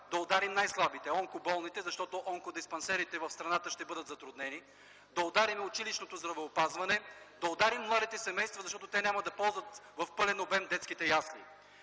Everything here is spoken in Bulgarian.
да ударим най-слабите – онкоболните, защото онкодиспансерите в страната ще бъдат затруднени; да ударим училищното здравеопазване; да ударим младите семейства, защото те няма да ползват в пълен обем детските ясли.